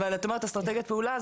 אבל את אומרת אסטרטגיות פעולה,